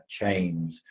chains